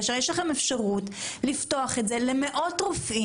כאשר יש לכם אפשרות לפתוח את זה למאות רופאים,